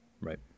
right